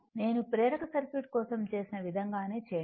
నేను ప్రేరక సర్క్యూట్ కోసం చేసిన విధంగానే చేయండి